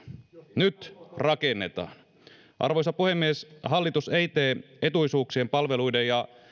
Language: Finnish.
nyt rakennetaan arvoisa puhemies hallitus ei tee etuisuuksien palveluiden ja